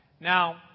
Now